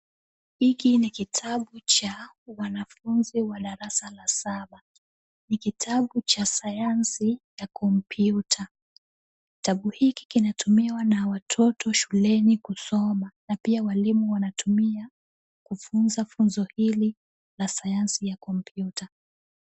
Hiki ni kitabu cha wanafunzi wa darasa la saba. Ni kitabu cha sayansi ya kompyuta. Kitabu hiki kinatumiwa na watoto shuleni kusoma na pia walimu wanatumia kufunza funzo hili ya sayansi ya kompyuta.